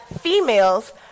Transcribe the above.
females